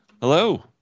hello